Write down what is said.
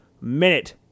minute